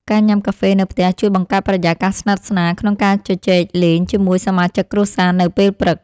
ការញ៉ាំកាហ្វេនៅផ្ទះជួយបង្កើតបរិយាកាសស្និទ្ធស្នាលក្នុងការជជែកលេងជាមួយសមាជិកគ្រួសារនៅពេលព្រឹក។